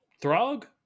Throg